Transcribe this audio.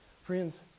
Friends